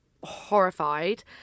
horrified